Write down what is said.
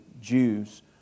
Jews